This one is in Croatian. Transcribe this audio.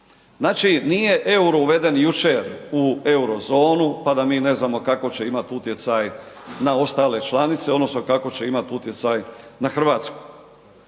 Znači nije EUR-o uveden jučer u euro zonu pa da mi ne znamo kako će imati utjecaj na ostale članice odnosno kako će imati utjecaj na Hrvatsku.